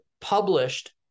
published